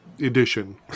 Edition